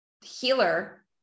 healer